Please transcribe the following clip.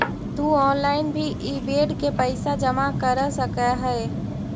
तु ऑनलाइन भी इ बेड के पइसा जमा कर सकऽ हे